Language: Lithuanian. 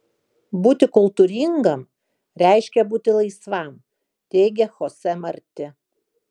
būti kultūringam reiškia būti laisvam teigia chose marti